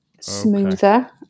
smoother